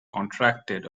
contracted